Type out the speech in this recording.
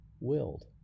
willed